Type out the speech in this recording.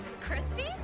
Christy